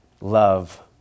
love